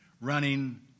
running